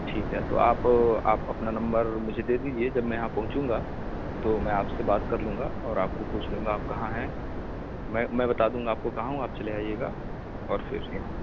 ٹھیک ہے تو آپ آپ اپنا نمبر مجھے دے دیجیے جب میں یہاں پہنچوں گا تو میں آپ سے بات کر لوں گا اور آپ کو پوچھ لوں گا آپ کہاں ہیں میں میں بتا دوں گا آپ کو کہاں ہوں آپ چلے آئیے گا اور پھر یہاں